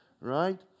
right